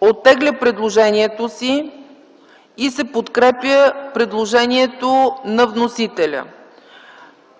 оттегля предложението си и се подкрепя предложението на вносителя.